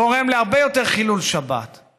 גורם להרבה יותר חילול שבת,